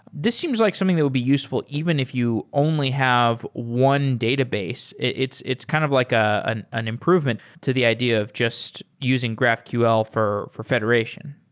this seems like something that will be useful even if you only have one database. it's it's kind of like ah and an improvement to the idea of just using graphql for for federation.